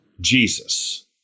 Jesus